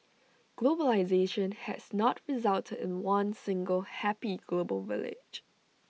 globalisation has not resulted in one single happy global village